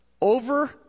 over